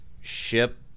ship